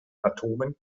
atomen